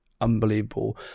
unbelievable